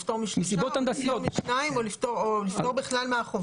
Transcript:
לפטור משניים או לפטור בכלל מהחובה?